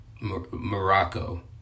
Morocco